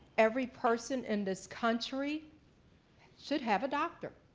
every person in this country should have a doctor.